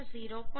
5 0